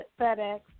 FedEx